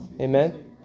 Amen